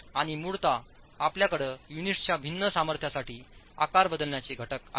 आणि मुळात आपल्याकडे युनिट्सच्या भिन्न सामर्थ्यांसाठी आकार बदलण्याचे घटक आहेत